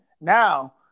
Now